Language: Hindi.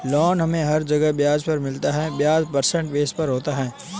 लोन हमे हर जगह ब्याज पर मिलता है ब्याज परसेंटेज बेस पर होता है